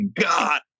god